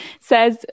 says